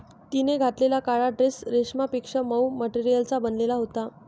तिने घातलेला काळा ड्रेस रेशमापेक्षा मऊ मटेरियलचा बनलेला होता